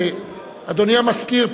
אדוני המזכיר,